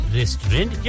restaurant